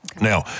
Now